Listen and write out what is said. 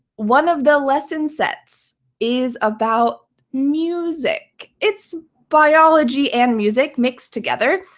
one of the lesson sets is about music. it's biology and music mixed together,